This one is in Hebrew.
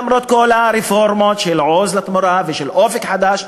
למרות כל הרפורמות של "עוז לתמורה" ושל "אופק חדש",